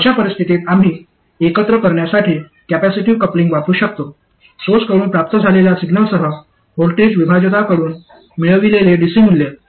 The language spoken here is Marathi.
अशा परिस्थितीत आम्ही एकत्र करण्यासाठी कॅपेसिटिव कपलिंग वापरू शकतो सोर्सकडून प्राप्त झालेल्या सिग्नलसह व्होल्टेज विभाजकांकडून मिळविलेले डीसी मूल्य